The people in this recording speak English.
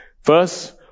First